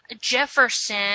Jefferson